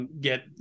get